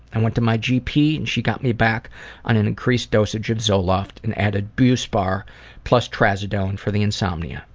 and went to my gp and she got me back on an increased dosage of zoloft and added buspar plus trazadone for the insomnia.